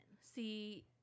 See